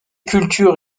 cultures